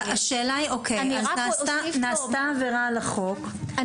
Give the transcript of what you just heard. השאלה היא אוקיי, נעשתה עבירה על החוק,